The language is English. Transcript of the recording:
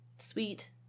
sweet